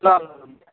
ल ल ल